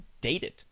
dated